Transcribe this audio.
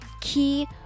key